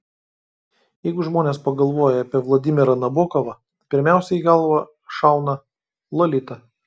jeigu žmonės pagalvoja apie vladimirą nabokovą pirmiausia į galvą šauna lolita